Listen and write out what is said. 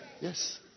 Yes